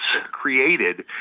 created